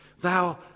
Thou